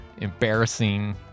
embarrassing